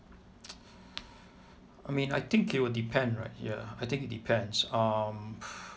I mean I think it will depend right ya I think it depends um